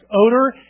odor